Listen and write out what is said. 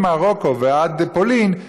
ממרוקו ועד פולין,